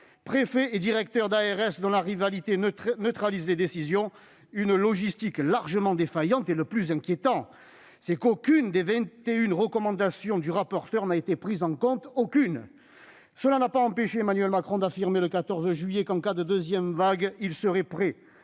régionale de santé (ARS) dont la rivalité neutralise les décisions ! Une logistique largement défaillante et, le plus inquiétant, c'est qu'aucune des vingt et une recommandations du rapporteur n'a été prise en compte. Aucune ! Cela n'a pas empêché Emmanuel Macron d'affirmer le 14 juillet que, en cas de deuxième vague, il serait prêt,